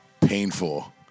painful